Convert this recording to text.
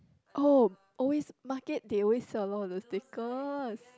oh always market they always sell a lot of those stickers